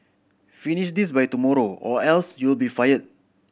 finish this by tomorrow or else you'll be fired